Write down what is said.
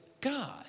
God